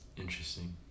Interesting